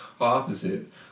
opposite